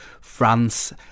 France